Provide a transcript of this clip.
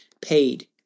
paid